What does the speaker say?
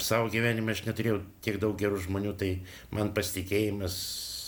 savo gyvenime aš neturiu tiek daug gerų žmonių tai man pasitikėjimas